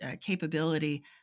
capability